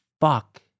fuck